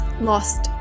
lost